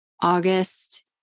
August